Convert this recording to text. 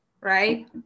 right